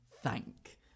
Thank